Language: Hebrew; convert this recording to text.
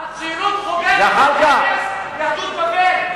הציונות חוגגת את הרס יהדות בבל.